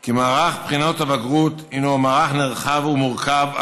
כי מערך בחינות הבגרות הוא מערך נרחב ומורכב,